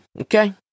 Okay